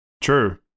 True